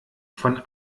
von